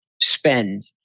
spend